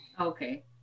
Okay